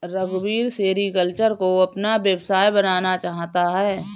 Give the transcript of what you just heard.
रघुवीर सेरीकल्चर को अपना व्यवसाय बनाना चाहता है